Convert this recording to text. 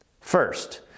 first